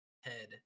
head